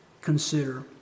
consider